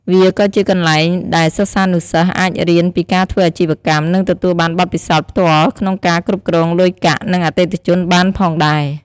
វាក៏ជាកន្លែងដែលសិស្សានុសិស្សអាចរៀនពីការធ្វើអាជីវកម្ម និងទទួលបានបទពិសោធន៍ផ្ទាល់ក្នុងការគ្រប់គ្រងលុយកាក់ និងអតិថិជនបានផងដែរ។